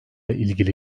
ilgili